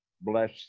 Bless